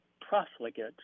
profligate